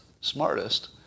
smartest